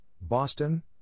Boston